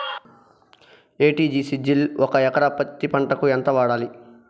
ఎ.టి.జి.సి జిల్ ఒక ఎకరా పత్తి పంటకు ఎంత వాడాలి?